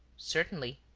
certainly.